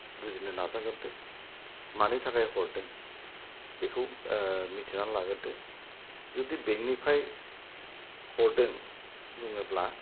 बुजिनो नाजाग्रोदो मानि थाखाय हरदों बेखौ मिथिनानै लाग्रोदो जुदि बेंकनिफ्राय हरदों बुङोब्ला